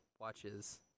watches